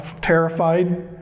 terrified